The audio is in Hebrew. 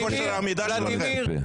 לכושר העמידה שלכם.